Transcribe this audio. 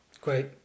Great